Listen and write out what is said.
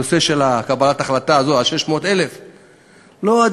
הנושא של קבלת ההחלטה הזאת על 600,000. לא,